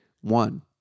One